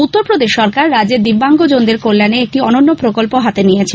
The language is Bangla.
উত্তরপ্রদেশ সরকার রাজ্যের দিব্যাঙ্গজনদের কল্যাণে একটি অনন্য প্রকল্প হাতে নিয়েছে